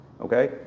okay